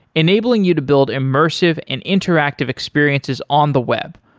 enabling you to build immersive and interactive experiences on the web,